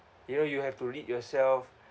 you know you have to read yourself